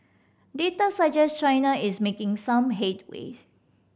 data suggest China is making some headways